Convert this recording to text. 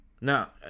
Now